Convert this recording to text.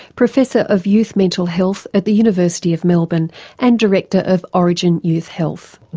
professor of youth mental health at the university of melbourne and director of orygen youth health.